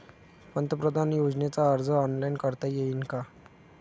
पंतप्रधान योजनेचा अर्ज ऑनलाईन करता येईन का?